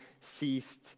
ceased